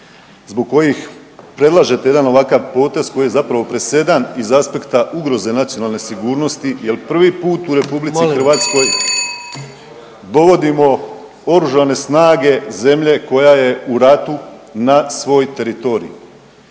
zbog kojih predlažete jedan ovakav potez koji je zapravo presedan iz aspekta ugroze nacionalne sigurnosti. Jer prvi put u Republici Hrvatskoj … …/Upadica predsjednik: Molim vas!/… … dovodimo oružane snage zemlje koja je u ratu na svoj teritorij.